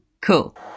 Cool